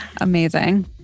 Amazing